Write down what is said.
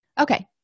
Okay